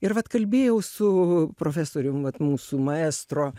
ir vat kalbėjau su profesorium vat mūsų maestro